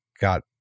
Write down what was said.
got